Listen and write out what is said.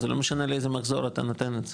אז זה לא משנה לאיזה מחזור אתה נותן את זה.